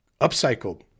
upcycled